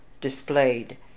displayed